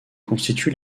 constitue